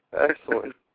Excellent